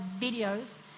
videos